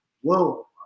whoa